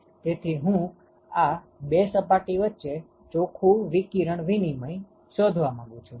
તેથી હું આ બે સપાટી વચ્ચે ચોખ્ખું વિકિરણ વિનિમય શોધવા માગું છુ